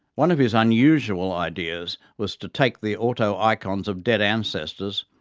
one of his unusual ideas was to take the auto-icons of dead ancestors,